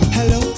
Hello